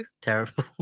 Terrible